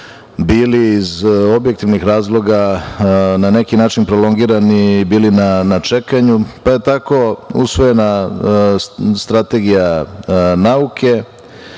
bili iz objektivnih razloga na neki način prolongirani i bili na čekanju, pa je tako usvojena Strategija nauke,